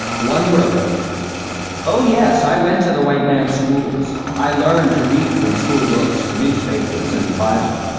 one wrote oh, yes, i went to the white man's schools. i learned to read from school books, newspapers, and the bible.